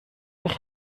eich